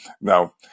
Now